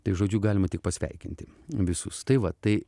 tai žodžiu galima tik pasveikinti visus tai va tai